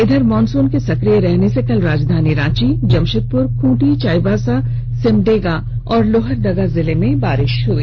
इधर मॉनसून के सक्रिय रहने से कल राजधानी रांची जमशेदपुर खूंटी चाईबासा सिमडेगा और लोहरदगा जिले में बारिश हुई